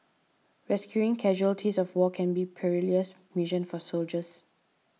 rescuing casualties of war can be a perilous mission for soldiers